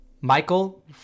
Michael